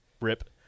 Rip